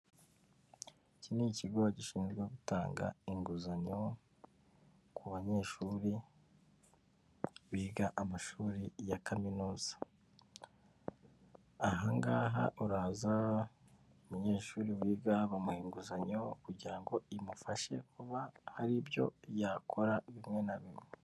Iki ni ikigo gishinzwe gutanga inguzanyo ku banyeshuri biga amashuri ya kaminuza ahangaha uraza umunyeshuri wiga bamuha inguzanyo kugira ngo imufashe kuba hari ibyo yakora bimwe na bimwe.